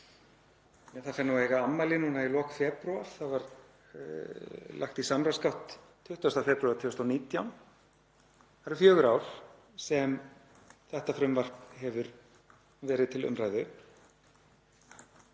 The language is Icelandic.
það fer nú að eiga afmæli núna í lok febrúar. Það var lagt í samráðsgátt 20. febrúar 2019. Það eru fjögur ár sem þetta frumvarp hefur verið til umræðu.